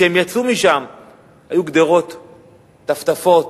כשהם יצאו משם היו גדרות, טפטפות,